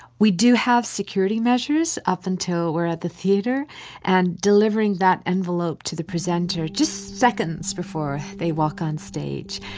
we do have security measures up until we're at the theater and delivering that envelope to the presenter just seconds before they walk on stage.